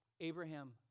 Abraham